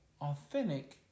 authentic